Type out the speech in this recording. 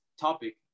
topic